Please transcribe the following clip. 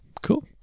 Cool